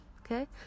Okay